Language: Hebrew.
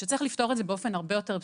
שצריך לפתור את זה באופן הרבה יותר בסיסי,